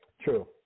True